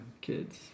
kids